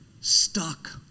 stuck